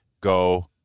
go